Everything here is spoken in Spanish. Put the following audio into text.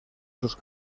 sus